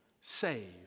save